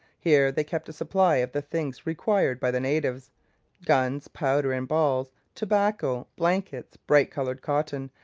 here they kept a supply of the things required by the natives guns, powder and balls, tobacco, blankets, bright-coloured cotton,